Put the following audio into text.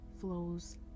flows